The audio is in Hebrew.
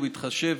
ובהתחשב